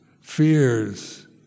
fears